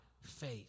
faith